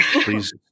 please